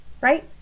right